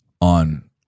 on